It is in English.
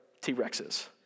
T-Rexes